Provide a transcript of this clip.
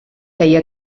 feia